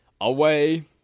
Away